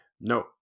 No